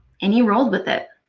and he rolled with it.